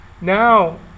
Now